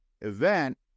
event